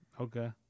Okay